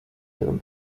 ihren